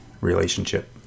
relationship